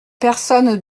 personne